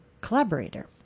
collaborator